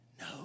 no